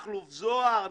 מכלוף זוהר,